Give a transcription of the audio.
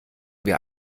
wir